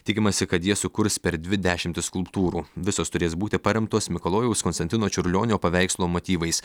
tikimasi kad jie sukurs per dvi dešimtis skulptūrų visos turės būti paremtos mikalojaus konstantino čiurlionio paveikslo motyvais